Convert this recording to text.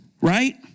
right